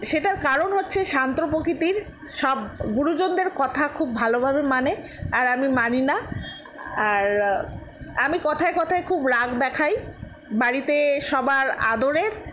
সেটার কারণ হচ্ছে শান্ত প্রকৃতির সব গুরুজনদের কথা খুব ভালোভাবে মানে আর আমি মানি না আর আমি কথায় কথায় খুব রাগ দেখাই বাড়িতে সবার আদরের